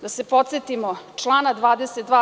Da se podsetimo člana 22.